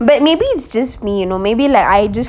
but maybe it's just me you know maybe like I just